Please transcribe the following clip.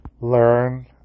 learn